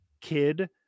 kid